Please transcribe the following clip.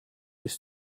ist